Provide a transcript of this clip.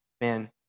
man